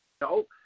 No